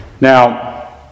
Now